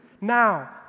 Now